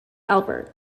albert